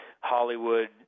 Hollywood